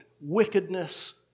wickedness